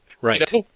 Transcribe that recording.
Right